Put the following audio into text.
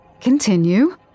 Continue